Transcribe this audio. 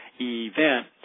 event